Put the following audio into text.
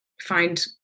find